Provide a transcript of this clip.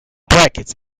brackets